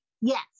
Yes